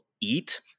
eat